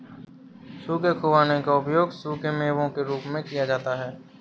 सूखे खुबानी का उपयोग सूखे मेवों के रूप में किया जाता है